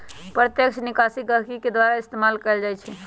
प्रत्यक्ष निकासी गहकी के द्वारा इस्तेमाल कएल जाई छई